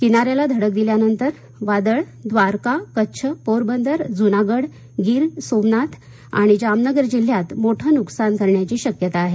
किनाऱ्याला धडक दिल्यानंतर वादळ द्वारका कच्छ पोरबंदर जूनागड गीर सोमनाथ आणि जामनगर जिल्ह्यात मोठं नुकसान करण्याची शक्यता आहे